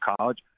college